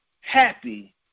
happy